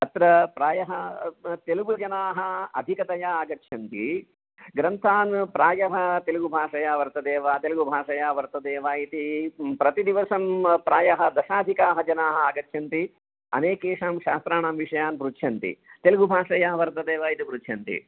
अत्र प्रायः तेलुगुजनाः अधिकतया आगच्छन्ति ग्रन्थान् प्रायः तेलुगुभाषया वर्तते वा तेलुगुभाषया वर्तते वा इती प्रतिदिवसं प्रायः दशाधिकाः जनाः आगच्छन्ति अनेकेषां शास्त्राणां विषयान् पृच्छन्ति तेलुगुभाषया वर्तते वा इति पृच्छन्ति